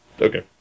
Okay